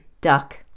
Duck